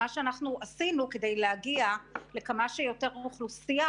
מה שאנחנו עשינו כדי להגיע לכמה שיותר אוכלוסייה,